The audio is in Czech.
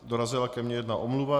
Dorazila ke mně jedna omluva.